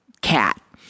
Cat